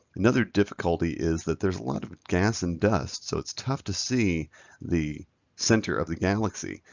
another difficulty is that there's a lot of gas and dust, so it's tough to see the center of the galaxy.